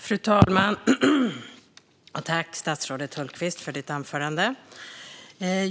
Fru talman! Tack, statsrådet Hultqvist, för ditt svar!